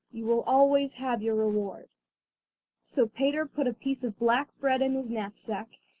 you will always have your reward so peter put a piece of black bread in his knapsack,